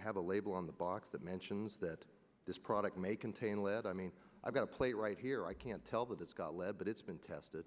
have a label on the box that mentions that this product may contain lead i mean i've got a plate right here i can't tell that it's got lead but it's been tested